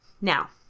Now